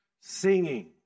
singing